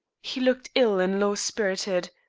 he looked ill and low-spirited.